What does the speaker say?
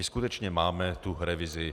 Skutečně máme revizi.